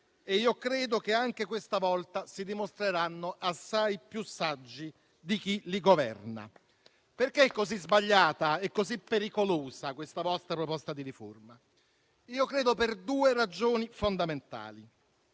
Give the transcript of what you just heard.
io credo che anche questa volta si dimostreranno assai più saggi di chi li governa. Perché è così sbagliata e così pericolosa questa vostra proposta di riforma? Io credo per due ragioni fondamentali.